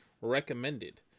recommended